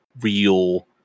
real